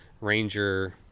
Ranger